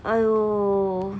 !aiyo!